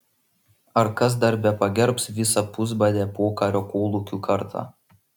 ar kas dar bepagerbs visą pusbadę pokario kolūkių kartą